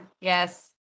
yes